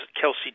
Kelsey